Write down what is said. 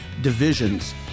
divisions